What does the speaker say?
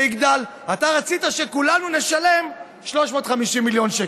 אתה רצית שכולנו נשלם 350 מיליון שקל.